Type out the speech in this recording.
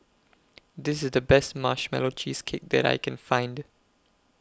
This IS The Best Marshmallow Cheesecake that I Can Find